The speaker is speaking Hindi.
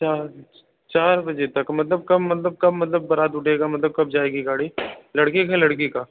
चार चार बजे तक मलतब कम मतलब कब मतलब बरात उठेगा मतलब कब जाएगी गाड़ी लड़के का लड़की का